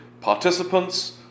participants